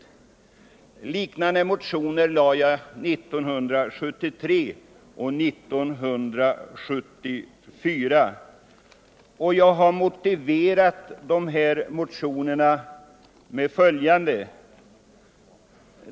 Liknande motioner väckte jag år 1973 och 1974. Jag har motiverat dessa motioner med följande.